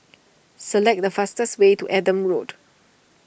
select the fastest way to Adam Road